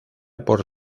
por